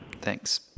Thanks